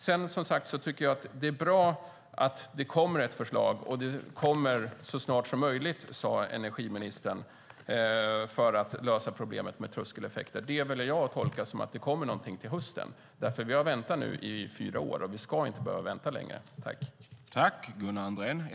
Sedan tycker jag som sagt att det är bra att det kommer ett förslag, och det kommer så snart som möjligt, sade energiministern, för att lösa problemet med tröskeleffekter. Det väljer jag att tolka som att det kommer någonting till hösten. Vi har nu väntat i fyra år, och vi ska inte behöva vänta längre.